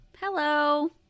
Hello